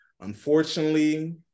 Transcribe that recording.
Unfortunately